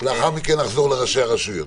ולאחר מכן נחזור לראשי הרשויות.